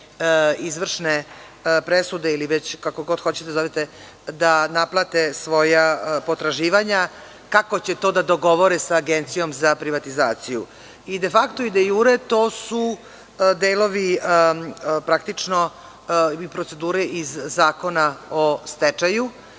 izvršne presude ili već kako god hoćete da nazovete da naplate svoja potraživanja, kako će to da dogovore sa Agencijom za privatizaciju.I de fakto i de jure to su delovi i procedure iz Zakona o stečaju.